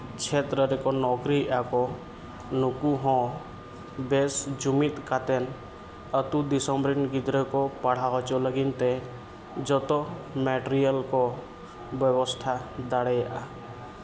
ᱪᱷᱮᱛᱨᱚ ᱨᱮᱠᱚ ᱱᱚᱠᱨᱤᱭᱮᱫᱼᱟ ᱠᱚ ᱱᱩᱠᱩ ᱦᱚᱸ ᱵᱮᱹᱥ ᱡᱩᱢᱤᱫ ᱠᱟᱛᱮᱱ ᱟᱹᱛᱩ ᱫᱤᱥᱚᱢ ᱨᱮᱱ ᱜᱤᱫᱽᱨᱟᱹ ᱠᱚ ᱯᱟᱲᱦᱟᱣ ᱦᱚᱪᱚ ᱞᱟᱹᱜᱤᱫ ᱛᱮ ᱡᱚᱛᱚ ᱢᱮᱴᱮᱨᱤᱭᱟᱞ ᱠᱚ ᱵᱮᱵᱚᱥᱛᱷᱟ ᱫᱟᱲᱮᱭᱟᱜᱼᱟ